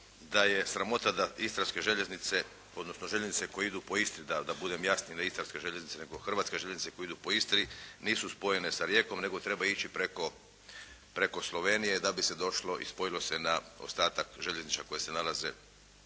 da je sramota da istarske željeznice, odnosno da željeznice koje idu po Istri da budem jasniji, ne istarske željeznice nego hrvatske željeznice koje idu po Istru nisu spojene sa Rijekom nego treba ići preko Slovenije da bi se došlo i spojilo se na ostatak željeznica koje se nalaze